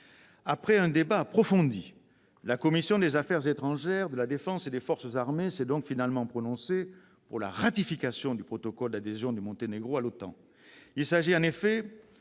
Après un débat approfondi, la commission des affaires étrangères, de la défense et des forces armées s'est donc finalement prononcée pour la ratification du protocole d'adhésion du Monténégro à l'OTAN.